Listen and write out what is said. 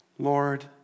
Lord